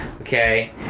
Okay